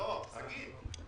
שגית,